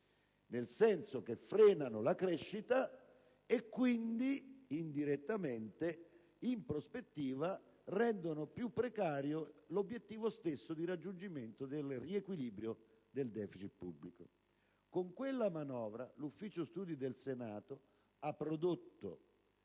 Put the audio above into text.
nel senso che frenano la crescita e dunque indirettamente, in prospettiva, rendono più precario l'obiettivo stesso del raggiungimento del riequilibrio del deficit pubblico. In occasione di quella manovra, il Servizio studi del Senato nel